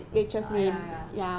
uh ya ya okay